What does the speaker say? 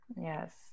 Yes